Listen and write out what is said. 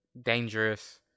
dangerous